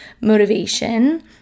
motivation